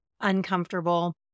uncomfortable